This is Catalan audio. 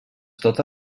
tota